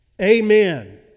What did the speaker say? Amen